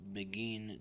Begin